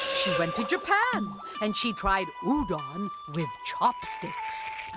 she went to japan and she tried udon um with chopsticks.